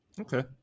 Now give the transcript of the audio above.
Okay